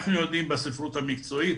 אנחנו יודעים בספרות המקצועית